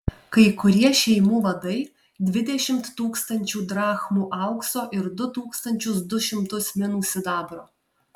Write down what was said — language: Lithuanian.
kai kurie šeimų vadai dvidešimt tūkstančių drachmų aukso ir du tūkstančius du šimtus minų sidabro